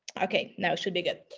ok, now should be good.